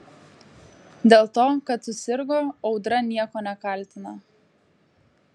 dėl to kad susirgo audra nieko nekaltina